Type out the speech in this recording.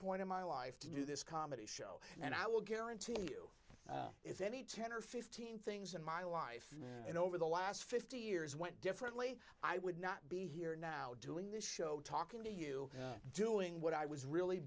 point in my life to do this comedy show and i will guarantee you if any ten or fifteen things in my life and over the last fifty years went differently i would not be here now doing this show talking to you doing what i was really